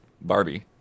Barbie